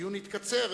והדיון יתקצר,